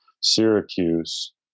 Syracuse